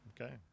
okay